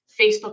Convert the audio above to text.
Facebook